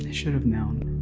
and should have known.